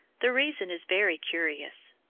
the reason is very curious.